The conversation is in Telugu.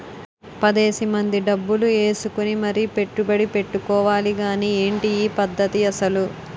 పదేసి మంది డబ్బులు ఏసుకుని మరీ పెట్టుబడి ఎట్టుకోవాలి గానీ ఏటి ఈ పద్దతి అసలు?